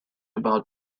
about